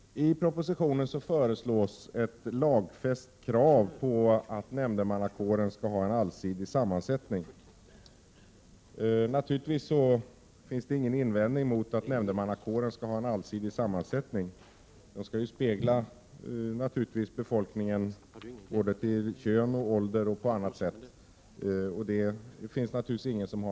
I propositionen föreslås ett lagfäst krav på att nämndemannakåren skall ha en allsidig sammansättning. Det finns naturligtvis ingen invändning att göra mot att nämndemannakåren skall ha en allsidig sammansättning. Den skall givetvis avspegla befolkningens sammansättning vad avser kön, ålder etc.